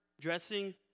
dressing